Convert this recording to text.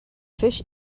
fish